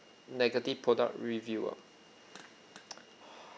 negative product review ah